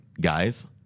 guys